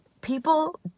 people